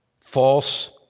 false